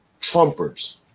Trumpers